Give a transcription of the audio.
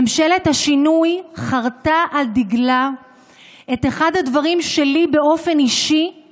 ממשלת השינוי חרתה על דגלה את אחד הדברים שלי באופן אישי היה